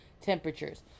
temperatures